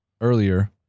earlier